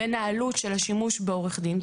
בין העלות של השימוש בעורך דין,